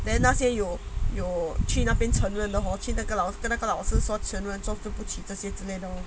then 那些有有去那边承认的 hor 去哪个去那个老那个老师承认说对不起这些东西